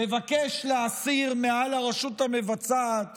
מבקש להסיר מעל הרשות המבצעת